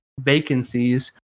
vacancies